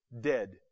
dead